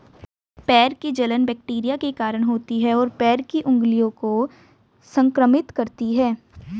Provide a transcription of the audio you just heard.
पैर की जलन बैक्टीरिया के कारण होती है, और पैर की उंगलियों को संक्रमित करती है